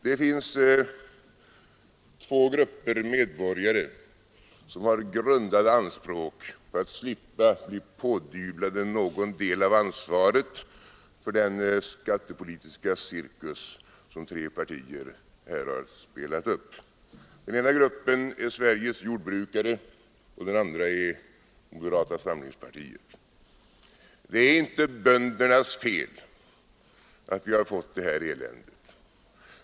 Det finns två grupper medborgare som har grundade anspråk på att slippa bli pådyvlade någon del av ansvaret för den skattepolitiska cirkus som tre partier här har spelat upp. Den ena gruppen är Sveriges jordbrukare och den ändra är moderata samlingspartiet. Det är inte böndernas fel att vi har fått det här eländet.